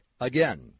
Again